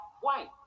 white